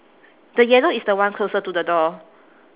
the yellow is the one closer to the door